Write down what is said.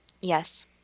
Yes